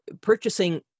purchasing